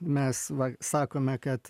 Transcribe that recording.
mes va sakome kad